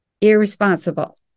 irresponsible